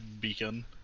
Beacon